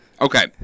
Okay